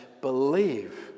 believe